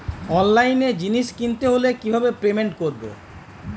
অনলাইনে জিনিস কিনতে হলে কিভাবে পেমেন্ট করবো?